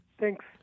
Thanks